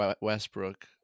Westbrook